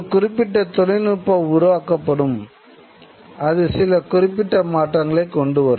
ஒரு குறிப்பிட்ட தொழில்நுட்பம் உருவாக்கப்படும் அது சில குறிப்பிட்ட மாற்றங்களைக் கொண்டுவரும்